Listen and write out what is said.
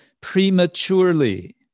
prematurely